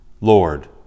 Lord